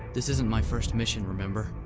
this isn't my first mission, remember?